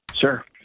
sure